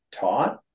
taught